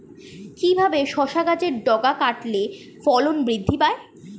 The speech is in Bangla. কিভাবে শসা গাছের ডগা কাটলে ফলন বৃদ্ধি পায়?